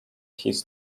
his